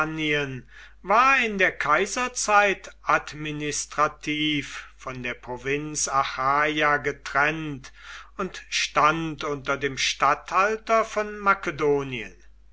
war in der kaiserzeit administrativ von der provinz achaia getrennt und stand unter dem statthalter von makedonien